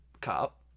cop